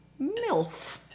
MILF